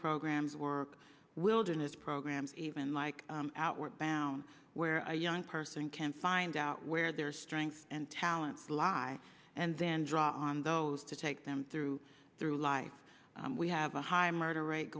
programs work wilderness programs even like outward bound where a young person can find out where their strengths and talents lie and then draw on those to take them through through life we have a high murder rate